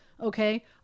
okay